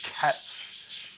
cats